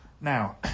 Now